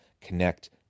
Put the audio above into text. connect